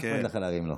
מה אכפת לך להרים לו?